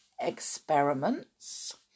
experiments